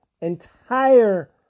entire